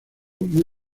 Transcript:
muy